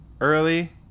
early